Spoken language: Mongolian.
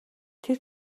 тэр